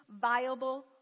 viable